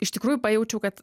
iš tikrųjų pajaučiau kad